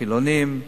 חילונים,